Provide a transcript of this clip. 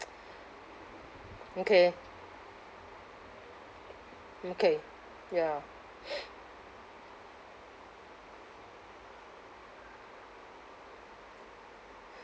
okay okay ya